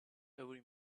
every